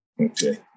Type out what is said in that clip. Okay